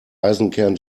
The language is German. eisenkern